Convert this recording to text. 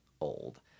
old